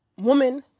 woman